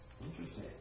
Interesting